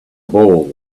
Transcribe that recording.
ball